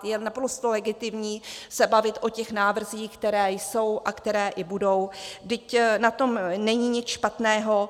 Je naprosto legitimní se bavit o těch návrzích, které jsou a které i budou, vždyť na tom není nic špatného.